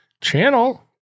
channel